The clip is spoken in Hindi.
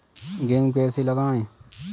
गेहूँ कैसे लगाएँ?